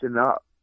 up